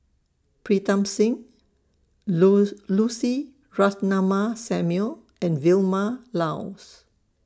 Pritam Singh Lucy Ratnammah Samuel and Vilma Laus